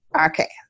okay